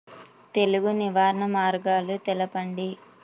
తెగులు నివారణ మార్గాలు తెలపండి?